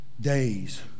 days